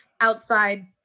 outside